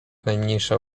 najmniejsza